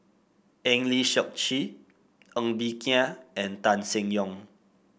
Eng Lee Seok Chee Ng Bee Kia and Tan Seng Yong